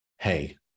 Hey